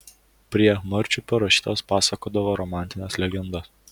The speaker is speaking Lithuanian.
prie marčiupio rašytojas pasakodavo romantines legendas